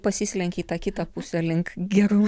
pasislenki į tą kitą pusę link gerų